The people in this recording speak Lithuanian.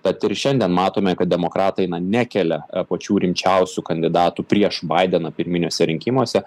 tad ir šiandien matome kad demokratai na nekelia pačių rimčiausių kandidatų prieš baideną pirminiuose rinkimuose